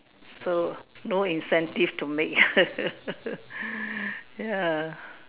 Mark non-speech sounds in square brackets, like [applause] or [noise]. so no incentive to make [laughs] ya